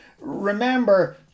remember